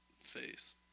phase